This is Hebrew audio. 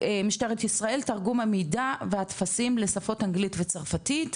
משטרת ישראל תרגום המידע והטפסים לשפות אנגלית וצרפתית.